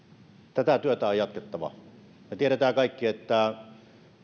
tätä työtä on jatkettava me tiedämme kaikki että